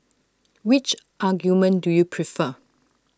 which argument do you prefer